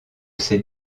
ses